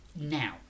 now